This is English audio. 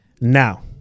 Now